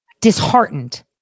disheartened